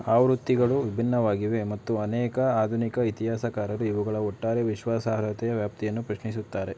ಆವೃತ್ತಿಗಳು ವಿಭಿನ್ನವಾಗಿವೆ ಮತ್ತು ಅನೇಕ ಆಧುನಿಕ ಇತಿಹಾಸಕಾರರು ಇವುಗಳ ಒಟ್ಟಾರೆ ವಿಶ್ವಾಸಾರ್ಹತೆಯ ವ್ಯಾಪ್ತಿಯನ್ನು ಪ್ರಶ್ನಿಸುತ್ತಾರೆ